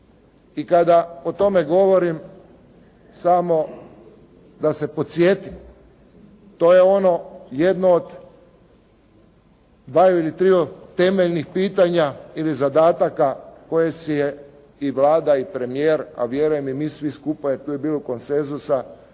I kada o tome govorim samo da se podsjetim to je ono jedno od dvaju ili triju temeljnih pitanja ili zadataka koje si je i Vlada i Parlament a vjerujem i mi svi skupa jer tu je bilo konsenzusa